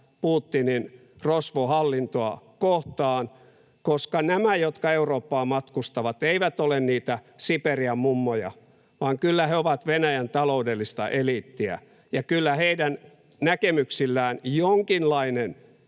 Putinin rosvohallintoa kohtaan, koska nämä, jotka Eurooppaan matkustavat, eivät ole niitä Siperian mummoja, vaan kyllä he ovat Venäjän taloudellista eliittiä ja kyllä heidän näkemyksillään jonkinlainen